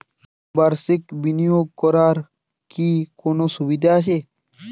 বাষির্ক বিনিয়োগ করার কি কোনো সুবিধা আছে?